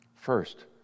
First